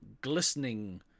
glistening